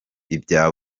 ibya